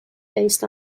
based